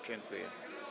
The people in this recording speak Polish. Dziękuję.